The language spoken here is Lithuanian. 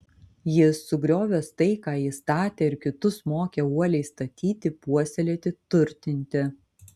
jis sugriovęs tai ką ji statė ir kitus mokė uoliai statyti puoselėti turtinti